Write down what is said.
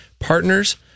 Partners